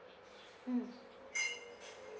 mm mm